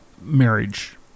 marriage